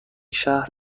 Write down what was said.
شهر